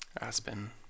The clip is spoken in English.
aspen